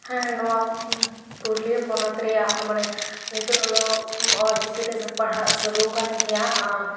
ᱦᱮᱸ ᱱᱚᱣᱟ ᱯᱩᱨᱩᱞᱤᱭᱟᱹ ᱯᱚᱱᱚᱛ ᱨᱮᱭᱟᱜ ᱢᱟᱱᱮ ᱱᱤᱛᱚᱜ ᱫᱚ ᱚᱞ ᱪᱤᱠᱤ ᱯᱟᱲᱦᱟᱜ ᱥᱩᱨᱩᱣ ᱠᱟᱱ ᱜᱮᱭᱟ ᱟᱨ